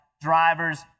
drivers